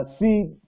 see